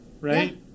right